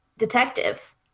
detective